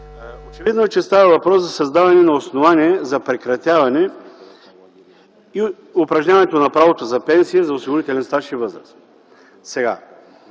Очевидно е, че става въпрос за създаване на основание за прекратяване и упражняването на правото за пенсия за осигурителен стаж и възраст.